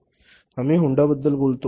उदाहरणार्थ आम्ही होंडाबद्दल बोलतो